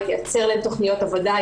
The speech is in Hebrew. היא תייצר להם תכניות עבודה,